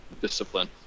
discipline